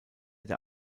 der